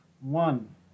one